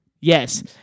Yes